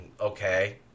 okay